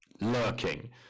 lurking